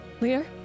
Lear